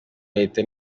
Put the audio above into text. leta